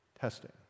Testing